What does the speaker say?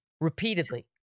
repeatedly